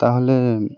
তা হলে